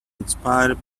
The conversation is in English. inspired